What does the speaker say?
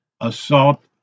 assault